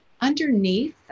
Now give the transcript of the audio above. underneath